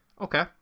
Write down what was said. Okay